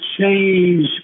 change